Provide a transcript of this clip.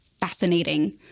fascinating